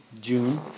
June